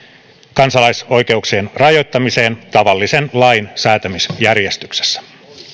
kansalaisoikeuksien rajoittamiseen tavallisen lain säätämisjärjestyksessä